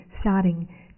starting